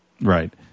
Right